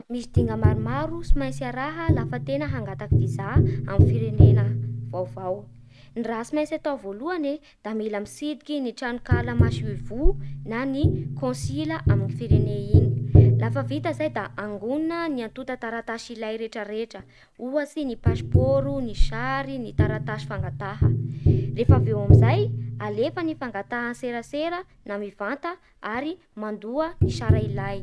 Misy dinga maromaro tsy maintsy arahy lafa tegna mangataka visaamin'ny firenena vaovao. Ny raha tsy maintsy atao voaholany e da mila mitsidiky ny tranokala maso ivoho na ny kônsila amin'ny firene iny. Lafa vita zay da angonina ny antota taratasy ilay rehetrarehetra. oahatsy ny pasipôro, ny sary, ny taratasy fangataha. rehefa avy eo amin'izay alefa ny fangataha ny serasera na mivanta ary mandoa ny sarà ilay